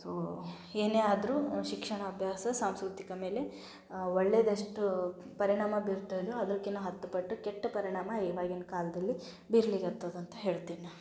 so ಏನೇ ಆದ್ರೂ ಶಿಕ್ಷಣಾಭ್ಯಾಸ ಸಾಂಸ್ಕೃತಿಕ ಮೇಲೆ ಒಳ್ಳೆಯದಷ್ಟು ಪರಿಣಾಮ ಬೀರ್ತದೊ ಅದಕ್ಕಿಂತ ಹತ್ತು ಪಟ್ಟು ಕೆಟ್ಟ ಪರಿಣಾಮ ಈವಾಗಿನ ಕಾಲದಲ್ಲಿ ಬೀರಲಿಕ್ಕತ್ತದ ಅಂತ ಹೇಳ್ತೀನಿ